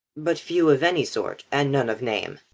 but few of any sort, and none of name.